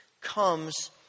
comes